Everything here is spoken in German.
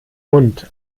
mund